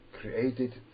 created